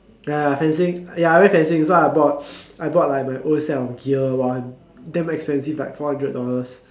ya ya fencing ya I went fencing so I bought I bought like my own set of gear !wah! damn expensive like four hundred dollars